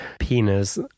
penis